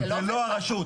זה לא עובד ככה.